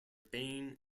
bain